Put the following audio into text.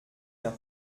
d’un